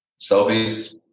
selfies